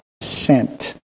sent